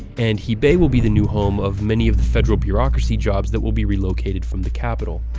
and hebei will be the new home of many of the federal bureaucracy jobs that will be relocated from the capital.